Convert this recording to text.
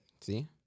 See